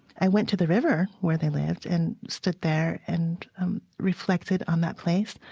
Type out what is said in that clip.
i went to the river where they lived and stood there and reflected on that place,